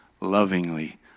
lovingly